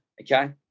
okay